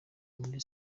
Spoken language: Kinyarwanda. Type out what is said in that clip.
muri